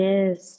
Yes